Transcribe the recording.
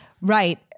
Right